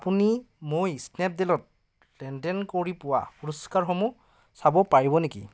আপুনি মই স্নেপডীলত লেনদেন কৰি পোৱা পুৰস্কাৰসমূহ চাব পাৰিব নেকি